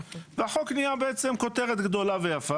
והחוק נהיה כותרת גדולה ויפה.